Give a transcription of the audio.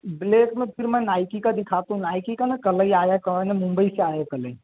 black में फिर मैं नाइकी का दिखता हूँ नाइकी का न कल ही आया है क्या है न मुंबई से आया है कल ही